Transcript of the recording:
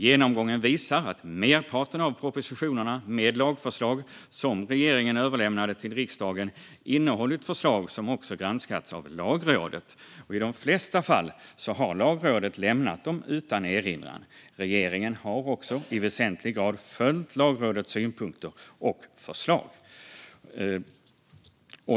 Genomgången visar att merparten av propositionerna med lagförslag som regeringen överlämnat till riksdagen innehållit förslag som också granskats av Lagrådet. I de flesta fall har Lagrådet lämnat dem utan erinran. Regeringen har också i väsentlig grad följt Lagrådets synpunkter och förslag.